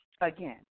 Again